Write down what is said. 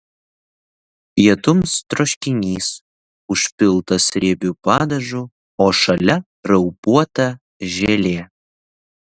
pietums troškinys užpiltas riebiu padažu o šalia raupuota želė